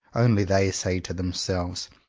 only they say to themselves,